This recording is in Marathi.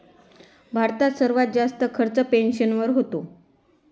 भारतात सर्वात जास्त खर्च पेन्शनवर होतो